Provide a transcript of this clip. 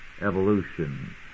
evolution